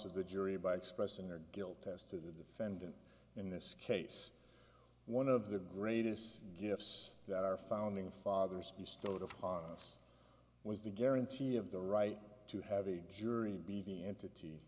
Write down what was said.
of the jury by expressing their guilt as to the defendant in this case one of the greatest gifts that our founding fathers stowed upon us was the guarantee of the right to have a jury be the entity